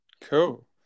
cool